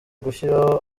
gushyiraho